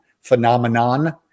phenomenon